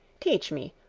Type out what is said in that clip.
teach me,